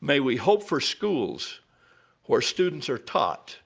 may we hope for schools where students are taught